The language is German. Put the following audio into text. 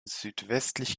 südwestlich